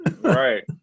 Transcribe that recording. Right